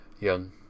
young